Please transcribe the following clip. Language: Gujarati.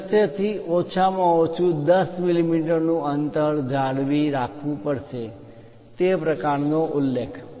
દૃશ્યથી ઓછામાં ઓછું 10 મી મી નુ અંતર જાળવી રાખવું પડશે તે પ્રકારનો ઉલ્લેખ